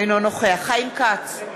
אינו נוכח חיים כץ,